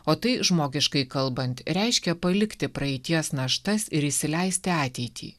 o tai žmogiškai kalbant reiškia palikti praeities naštas ir įsileisti ateitį